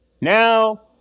now